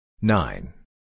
Nine